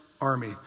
army